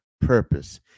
purpose